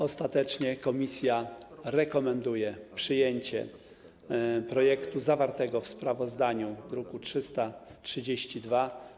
Ostatecznie komisja rekomenduje przyjęcie projektu zawartego w sprawozdaniu w druku nr 332.